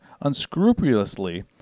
unscrupulously